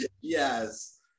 Yes